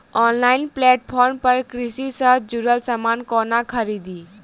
Online platform पर कृषि सँ जुड़ल समान कोना खरीदी?